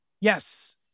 Yes